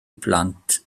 blant